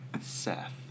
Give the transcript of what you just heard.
Seth